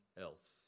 else